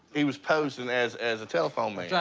he was posing as as a telephone man.